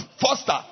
Foster